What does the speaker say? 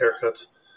haircuts